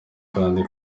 kandi